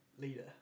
Leader